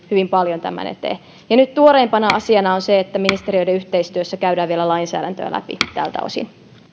hyvin paljon tämän eteen ja nyt tuoreimpana asiana on se että ministeriöiden yhteistyössä käydään vielä lainsäädäntöä läpi tältä osin